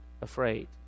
afraid